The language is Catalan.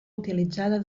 utilitzada